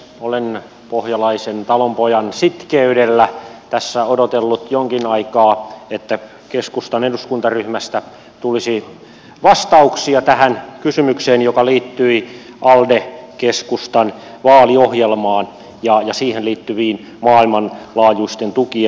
olen pohjalaisen talonpojan sitkeydellä tässä odotellut jonkin aikaa että keskustan eduskuntaryhmästä tulisi vastauksia tähän kysymykseen joka liittyi alde keskustan vaaliohjelmaan ja siihen liittyvään maailmanlaajuiseen tukien alasajoon